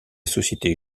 société